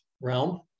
realm